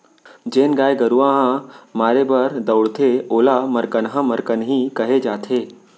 जेन गाय गरूवा ह मारे बर दउड़थे ओला मरकनहा मरकनही कहे जाथे